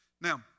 Now